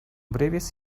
breves